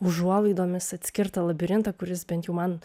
užuolaidomis atskirta labirintą kuris bent jau man